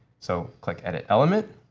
so click edit element,